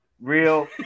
real